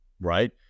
right